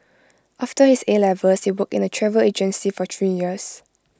after his A levels he worked in A travel agency for three years